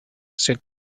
said